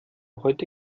heute